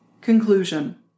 Conclusion